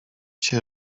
cię